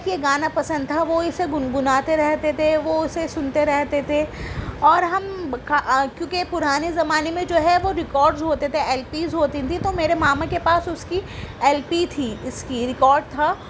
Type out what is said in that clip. یہ گانا پسند تھا وہ اسے گنگناتے رہتے تھے وہ اسے سنتے رہتے تھے اور ہم کیونکہ پرانے زمانے میں جو ہے وہ ریکارڈز ہوتے تھے ایل پیز ہوتی تھیں تو میرے ماما کے پاس اس کی ایل پی تھی اس کی ریکارڈ تھا